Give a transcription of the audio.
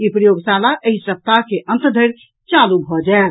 ई प्रयोगशाला एहि सप्ताह के अंत धरि चालू भऽ जायत